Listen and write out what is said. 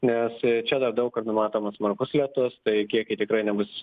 nes čia dar daug kur numatomas smarkus lietus tai kiekiai tikrai nebus